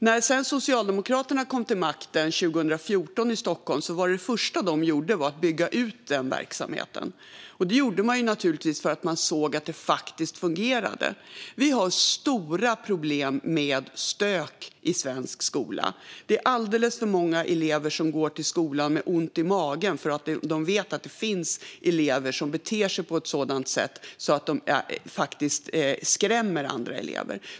När sedan Socialdemokraterna kom till makten i Stockholm 2014 var det första de gjorde att bygga ut den verksamheten. Det gjorde man naturligtvis för att man såg att den faktiskt fungerade. Vi har stora problem med stök i svensk skola. Det är alldeles för många elever som går till skolan med ont i magen för att de vet att det finns elever som beter sig på ett sådant sätt att de faktiskt skrämmer andra elever.